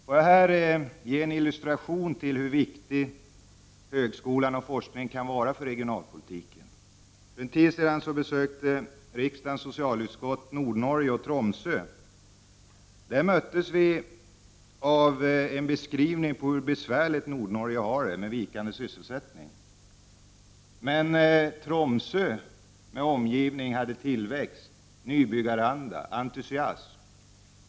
Jag skall ge en illustration till hur viktig högskolan och forskningen kan vara för regionalpolitiken. För en tid sedan besökte riksdagens socialutskott Nordnorge och Tromsö. Där möttes vi av en beskrivning av hur besvärligt Nordnorge har det med vikande sysselsättning. Men Tromsö med omgivning hade tillväxt, nybyggaranda och entusiasm.